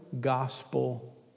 gospel